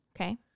Okay